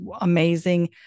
amazing